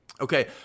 Okay